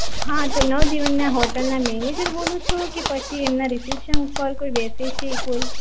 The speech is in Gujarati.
હા તો નવજીવનના હોટેલના મેનેજર બોલો છો કે પછી એમના રીસેપ્શન ઉપર કોઈ બેસે છે તે કોઈ